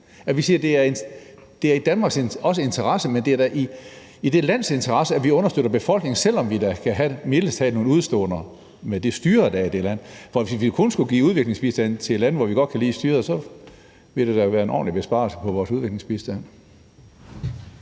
det er i Danmarks interesse, men det er da i det lands interesse, at vi understøtter befolkningen, selv om vi da mildest talt kan have nogle udeståender med det styre, der er i det land. For hvis vi kun skulle give ulandsbistand til lande, hvor vi godt kan lide styret, så ville det da være en ordentlig besparelse på vores udviklingsbistand.